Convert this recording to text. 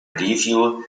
review